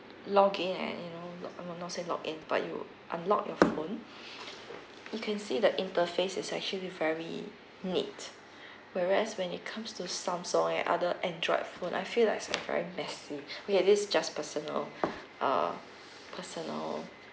log in and you know log uh no not say log in but you unlock your phone you can see the interface is actually very neat whereas when it comes to samsung and other android phone I feel like it's uh very messy okay this is just personal uh personal